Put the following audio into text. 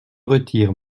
retire